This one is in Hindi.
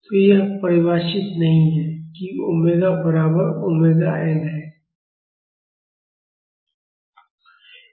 तो यह परिभाषित नहीं है कि ओमेगा बराबर ओमेगाn है